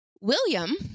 William